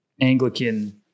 Anglican